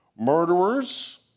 murderers